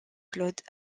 claude